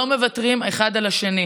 לא מוותרים אחד על השני,